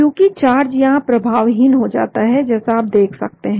क्योंकि चार्ज यहां प्रभावहीन हो जाता है जैसा आप देख सकते हैं